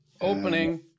Opening